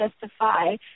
justify